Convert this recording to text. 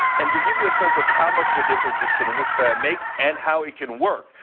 and to give you a sense of how much of a difference this can make and how it can work.